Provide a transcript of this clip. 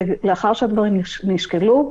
ולאחר שהדברים נשקלו,